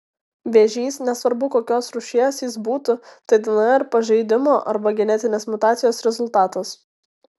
vėžys nesvarbu kokios rūšies jis būtų tai dnr pažeidimo arba genetinės mutacijos rezultatas